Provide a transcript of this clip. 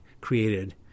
created